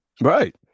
Right